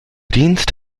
dienst